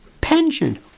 Pension